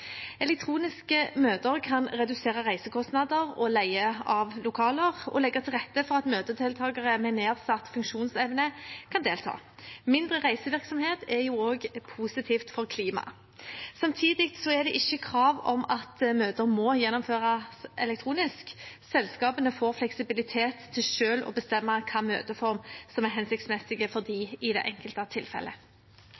Elektroniske møter kan redusere reisekostnader og leie av lokaler, og legger til rette for at møtedeltakere med nedsatt funksjonsevne kan delta. Mindre reisevirksomhet er jo også positivt for klimaet. Samtidig er det ikke krav om at møter må gjennomføres elektronisk. Selskapene får fleksibilitet til selv å bestemme hvilken møteform som er hensiktsmessig for